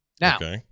Now